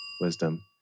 Wisdom